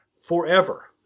forever